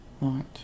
Right